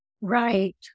Right